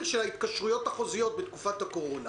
של ההתקשרויות החוזיות בתקופת הקורונה.